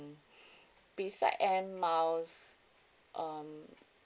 beside air miles um